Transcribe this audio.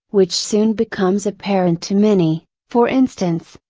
which soon becomes apparent to many, for instance,